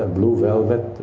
ah blue velvet